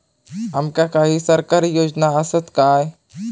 आमका काही सरकारी योजना आसत काय?